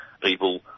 people